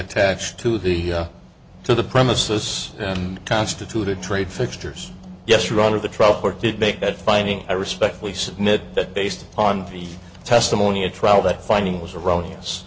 attached to the to the premises and constituted trade fixtures yes rather the trial court did make that finding i respectfully submit that based on the testimony at trial that finding was erroneous